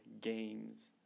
games